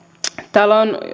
täällä ovat